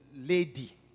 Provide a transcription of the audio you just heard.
lady